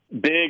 Big